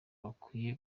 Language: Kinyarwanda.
bakwiye